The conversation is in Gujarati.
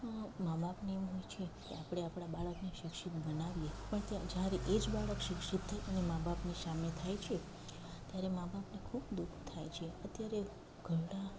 મા બાપની ઉમર છે આપણે આપણા બાળકની શિક્ષિત ભણાવીએ પણ તે જ્યારે એજ બાળક સીધા તેને મા બાપને સામે થાય છે ત્યારે મા બાપને ખૂબ દુ ખ થાય છે અત્યારે ઘરડા